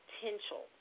potential